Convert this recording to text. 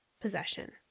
possession